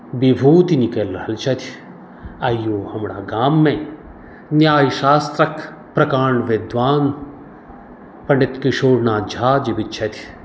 विभुति निकलि रहल छथि आइयो हमरा गाममे न्याय शास्त्रक प्रकाण्ड विद्वान पण्डित किशोर नाथ झा जीवित छथि